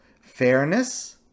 fairness